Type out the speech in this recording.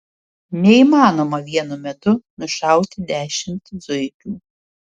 neįmanoma vienu metu nušauti dešimt zuikių